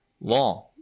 long